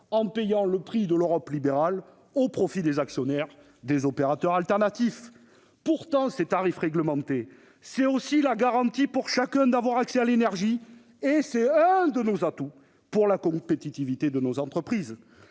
en payant le prix de l'Europe libérale au profit des actionnaires des opérateurs alternatifs. Pourtant, ces tarifs réglementés sont la garantie pour chacun d'avoir accès à l'énergie et l'un des atouts pour la compétitivité de nos entreprises.